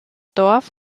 dorf